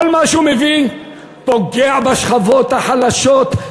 כל מה שהוא מביא פוגע בשכבות החלשות.